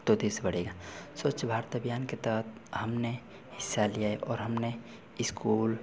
तो देश बढ़ेगा स्वच्छ भारत अभियान के तहत हमने हिस्सा लिया है और हमने इस्कूल